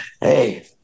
Hey –